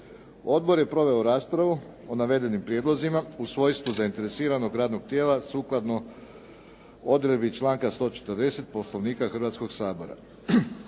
Odbor je proveo raspravu o navedenim prijedlozima u svojstvu zainteresiranog radnog tijela sukladno odredbi članka 140. Poslovnika Hrvatskog sabora.